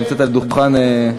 את נמצאת על דוכן הכנסת.